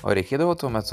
o reikėdavo tuomet